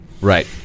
Right